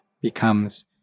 becomes